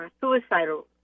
Suicidal